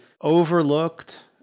overlooked